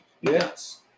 Yes